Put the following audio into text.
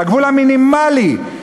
והגבול המינימלי,